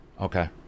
Okay